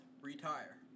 Retire